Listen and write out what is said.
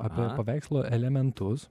apie paveikslo elementus